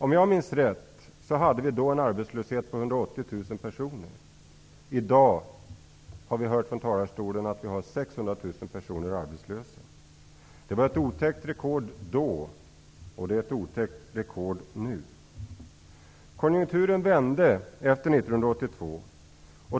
Om jag minns rätt hade vi då en arbetslöshet av 180 000 personer. I dag har vi hört från talarstolen att vi har 600 000 personer arbetslösa. Det var ett otäckt rekord då, och det är ett otäckt rekord nu. Konjunkturen vände efter 1982.